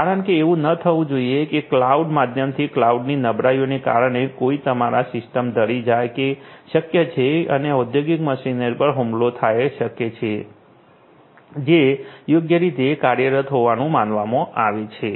કારણ કે એવું ન થવું જોઈએ કે ક્લાઉડ માધ્યમથી ક્લાઉડની નબળાઈને કારણે કોઈ તમારા સિસ્ટમ ઘરી જાય જે કે શક્ય છે અને ઔદ્યોગિક મશીનરી પર થોડો હુમલો થાય શકે છે જે યોગ્ય રીતે કાર્યરત હોવાનું માનવામાં આવે છે